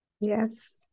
yes